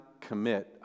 commit